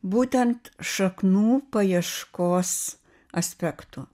būtent šaknų paieškos aspektu